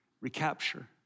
Recapture